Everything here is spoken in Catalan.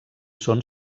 són